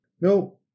No